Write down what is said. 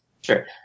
Sure